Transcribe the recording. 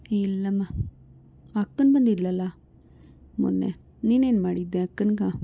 ಇಲ್ಲಮ್ಮ ಅಕ್ಕನೂ ಬಂದಿದ್ಲಲ್ಲ ಮೊನ್ನೆ ನೀನೇನು ಮಾಡಿದ್ದೆ ಅಕ್ಕನ್ಗೆ